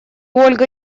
ольга